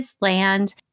land